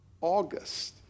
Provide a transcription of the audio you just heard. August